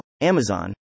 Amazon